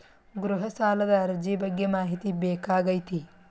ಗೃಹ ಸಾಲದ ಅರ್ಜಿ ಬಗ್ಗೆ ಮಾಹಿತಿ ಬೇಕಾಗೈತಿ?